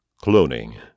Cloning